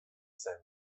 zen